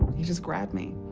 he just grabbed me.